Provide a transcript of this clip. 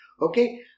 okay